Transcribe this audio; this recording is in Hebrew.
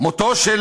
מותו של